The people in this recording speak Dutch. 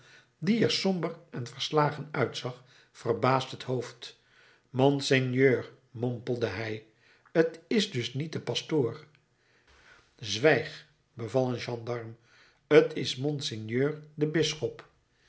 die er somber en verslagen uitzag verbaasd het hoofd op monseigneur mompelde hij t is dus niet de pastoor zwijg beval een gendarm t is monseigneur de bisschop